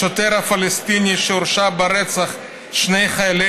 השוטר הפלסטיני שהורשע ברצח שני חיילי